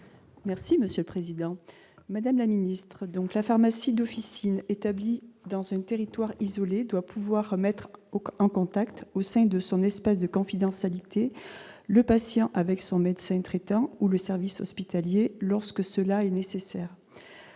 Merci Monsieur le Président, Madame la Ministre, donc la pharmacie d'officine établies dans ces territoires isolés doit pouvoir mettre au qu'en contact au sein de son espèce de confidentialité, le patient avec son médecin traitant ou le service hospitalier lorsque cela est nécessaire,